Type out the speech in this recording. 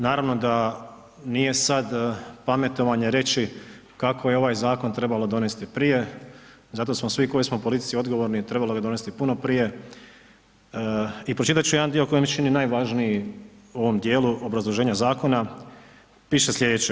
Naravno da nije sad pametovanje reći kako je ovaj zakon trebalo donesti prije zato smo svi koji smo politički odgovorni trebalo bi donesti puno prije i pročitat ću jedan dio koji mi se čini najvažniji u ovom djelu obrazloženja zakona, piše slijedeće.